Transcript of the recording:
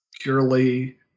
purely